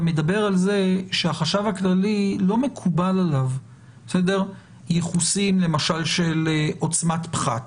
אתה מדבר על זה שהחשב הכללי לא מקובל עליו ייחוסים למשל של עוצמת פחת